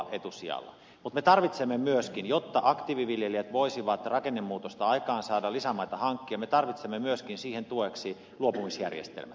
mutta me tarvitsemme myöskin tueksi luopumisjärjestelmän jotta aktiiviviljelijät voisivat aikaansaada rakennemuutosta aikaa saada lisämaita hankki me tarvitsemme myöskin siihen hankkia lisämaata